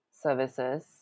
services